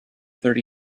thirty